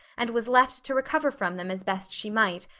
and was left to recover from them as best she might,